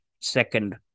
second